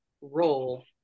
role